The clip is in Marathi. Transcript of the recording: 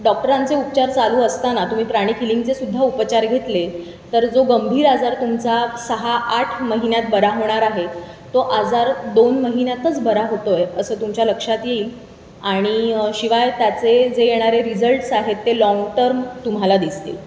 डॉक्टरांचे उपचार चालू असताना तुम्ही प्राणिक हिलिंगचे सुद्धा उपचार घेतले तर जो गंभीर आजार तुमचा सहा आठ महिन्यांत बरा होणार आहे तो आजार दोन महिन्यांतच बरा होतो आहे असं तुमच्या लक्षात येईल आणि शिवाय त्याचे जे येणारे रिझल्ट्स आहेत ते लाँग टर्म तुम्हाला दिसतील